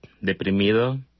deprimido